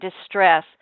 distress